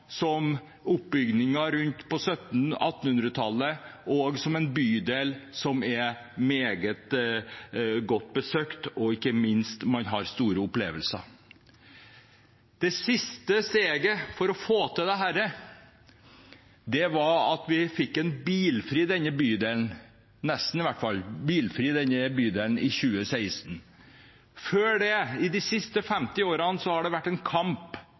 på 1700-tallet og 1800-tallet – som en bydel som er meget godt besøkt. Ikke minst har man også store opplevelser der. Det siste steget for å få til dette var at bydelen ble nesten bilfri i 2016. Før det, i de siste 50 årene, har det vært en kamp